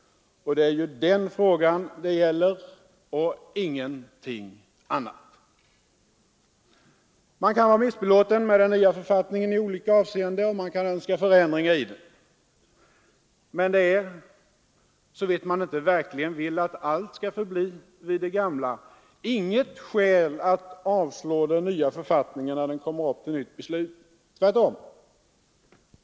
Och det är ju den frågan det gäller och ingenting annat. Man kan vara missbelåten med den nya författningen i olika avseenden och man kan önska förändringar i den. Men det är — såvitt man inte verkligen vill att allt skall förbli vid det gamla — inget skäl att avslå den nya författningen när den kommer upp till nytt beslut. Tvärtom.